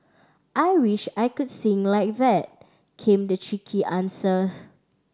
I wish I could sing like that came the cheeky answer